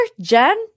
Jen